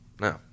no